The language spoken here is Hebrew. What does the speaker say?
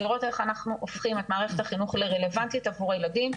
לראות איך אנחנו הופכים את מערכת החינוך לרלוונטית עבור הילדים,